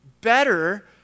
better